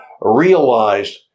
realized